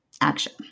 action